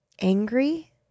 angry